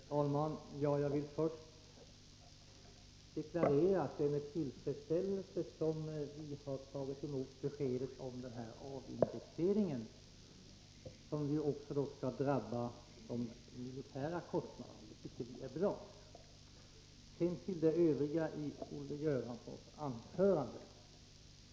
Herr talman! Jag vill först deklarera att det är med tillfredsställelse som vi har tagit emot beskedet om avindexeringen, som ju också skall drabba de militära kostnaderna. Det tycker jag är bra. Sedan till det övriga i Olle Göranssons anförande.